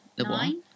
Nine